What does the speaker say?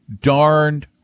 darned